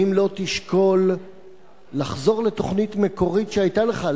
האם לא תשקול לחזור לתוכנית מקורית שהיתה לך,